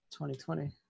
2020